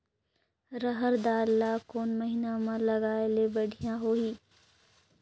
रहर दाल ला कोन महीना म लगाले बढ़िया होही?